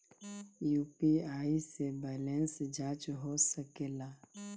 UPI से balance जाँच हो सके ला?